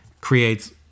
creates